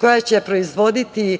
koja će proizvoditi